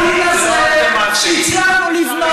את המרקם העדין הזה שהצלחנו לבנות,